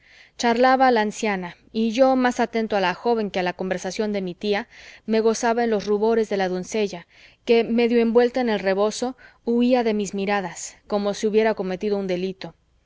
charlaba la anciana y yo más atento a la joven que a la conversación de mi tía me gozaba en los rubores de la doncella que medio envuelta en el rebozo huía de mis miradas como si hubiera cometido un delito